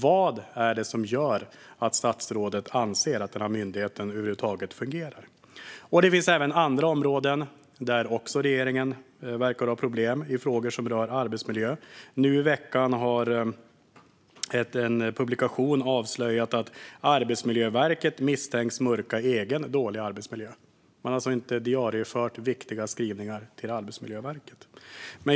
Vad är det som gör att statsrådet anser att myndigheten över huvud taget fungerar? Det finns även andra områden där regeringen verkar ha problem i frågor som rör arbetsmiljö. Nu i veckan har en publikation avslöjat att Arbetsmiljöverket misstänks mörka egen dålig arbetsmiljö. Man har inte diariefört viktiga skrivningar till Arbetsmiljöverket.